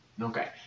Okay